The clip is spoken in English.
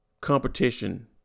competition